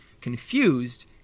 confused